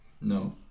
No